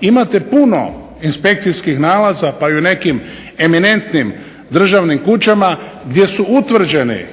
imate puno inspekcijskih nalaza pa i u nekim eminentnim državnim kućama gdje su utvrđeni